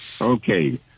Okay